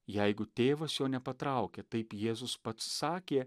jeigu tėvas jo nepatraukia taip jėzus pats sakė